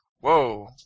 Whoa